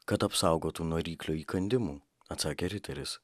kad apsaugotų nuo ryklio įkandimų atsakė riteris